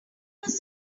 was